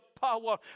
power